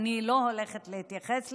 אני לא הולכת להתייחס לזה.